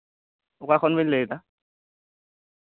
ᱚᱠᱟ ᱠᱷᱚᱱ ᱵᱮᱱ ᱞᱟᱹᱭᱮᱫᱟ